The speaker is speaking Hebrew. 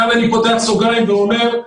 כאן אני פותח סוגריים ואומר,